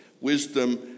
wisdom